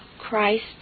Christ